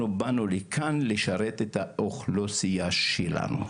אנחנו באנו לכאן לשרת את האוכלוסייה שלנו.